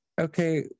okay